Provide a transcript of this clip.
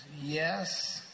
yes